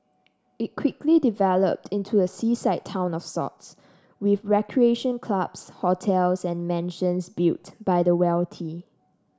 it quickly developed into a seaside town of sorts with recreation clubs hotels and mansions built by the wealthy